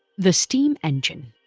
the steam engine